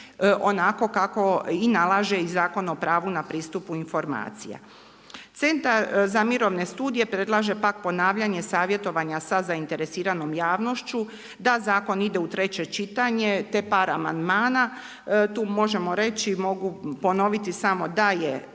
onako kako i nalaže i Zakon o pravu na pristupu informacija. Centar za mirovne studije, predlaže pak ponavljanje savjetovanja sa zainteresiranom javnošću, da zakon ide u 3 čitanje, te par amandmana, tu možemo reći, mogu ponoviti samo da je